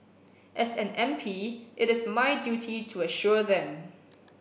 as an M P it is my duty to assure them